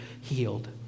healed